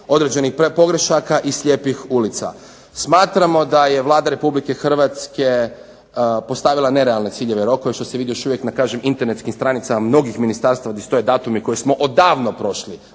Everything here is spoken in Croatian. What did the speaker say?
određenih pogrešaka i slijepih ulica. Smatramo da je Vlada Republike Hrvatske postavila nerealne ciljeve i rokove što se vidi još uvijek na kažem internetskim stranicama mnogih ministarstava di stoje datumi koje smo odavno prošli,